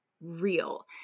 real